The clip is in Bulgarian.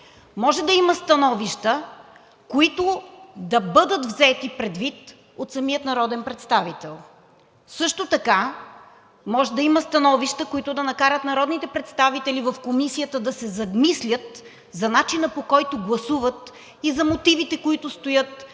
и да има становища, които да бъдат взети предвид от самия народен представител. Също така може да има становища, които да накарат народните представители в комисията да се замислят за начина, по който гласуват, и за мотивите, които стоят